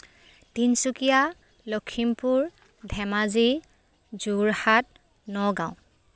Tinsukia Lakhimpur Dhemaji Jorhat Nagaon